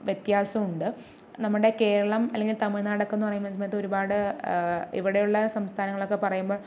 വ്യത്യാസമുണ്ട് നമ്മുടെ കേരളം അല്ലെങ്കിൽ തമിഴ്നാട് ഒക്കെ എന്ന് പറയുന്ന സമയത്ത് ഒരുപാട് ഇവിടെയുള്ള സംസ്ഥാനങ്ങളൊക്കെ പറയുമ്പോൾ